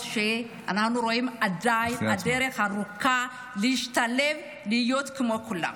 שאנחנו רואים שהדרך עדיין ארוכה להשתלב ולהיות כמו כולם.